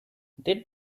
did